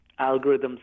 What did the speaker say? algorithms